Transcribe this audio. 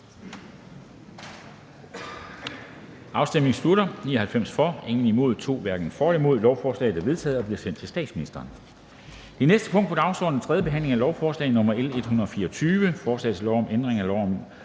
stemte 0, hverken for eller imod stemte 2 (NB). Lovforslaget er vedtaget og bliver sendt til statsministeren. --- Det næste punkt på dagsordenen er: 6) 3. behandling af lovforslag nr. L 124: Forslag til lov om ændring af lov om